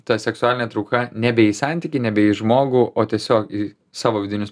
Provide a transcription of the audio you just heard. ta seksualinė trauka nebe į santykį nebe į žmogų o tiesiog į savo vidinius